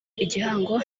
igihango